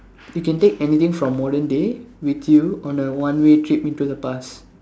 you can take anything from modern day with you on a one way trip into the past